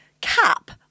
cap